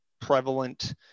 prevalent